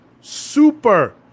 super